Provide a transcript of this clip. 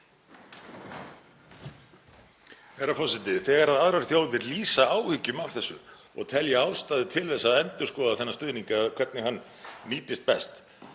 Þegar aðrar þjóðir lýsa áhyggjum af þessu og telja ástæðu til að endurskoða þennan stuðning eða hvernig hann nýtist best